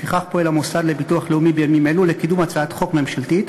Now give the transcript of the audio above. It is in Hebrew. לפיכך פועל המוסד לביטוח לאומי בימים אלו לקידום הצעת חוק ממשלתית